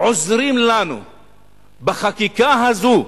עוזרים לנו בחקיקה הזאת,